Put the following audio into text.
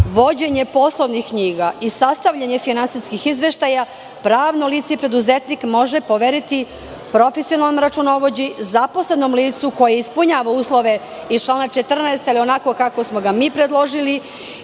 vođenje poslovnih knjiga i sastavljanje finansijskih izveštaja pravno lice i preduzetnik može poveriti profesionalnom računovođi, zaposlenom licu koje ispunjava uslove iz član 14, ali onako kako smo ga mi predložili